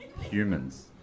humans